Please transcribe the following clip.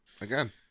again